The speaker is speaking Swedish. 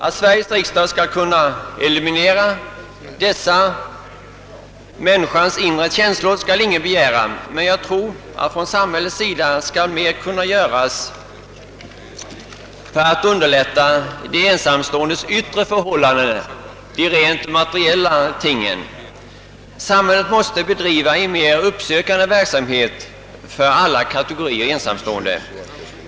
Att Sveriges riksdag skall kunna eliminera dessa känslor kan ingen begära, men jag tror att samhället kan göra mer för att underlätta de ensamståendes ytt re förhållanden, de rent materiella tingen. Samhället måste bedriva en mer uppsökande verksamhet för alla kategorier ensamstående.